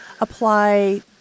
apply